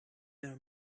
their